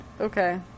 okay